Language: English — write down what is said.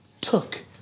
took